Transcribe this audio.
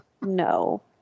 no